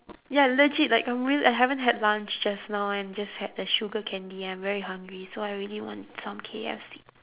ya legit like a meal I haven't had lunch just now and just had the sugar candy I am very hungry so I really want some K_F_C